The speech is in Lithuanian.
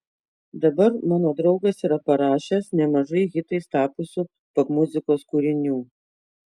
dabar mano draugas yra parašęs nemažai hitais tapusių popmuzikos kūrinių